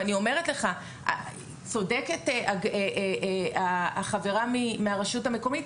ואני אומרת לך צודקת החברה מהרשות המקומית,